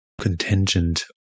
contingent